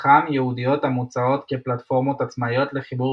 חכם ייעודיות המוצעות כפלטפורמות עצמאיות לחיבור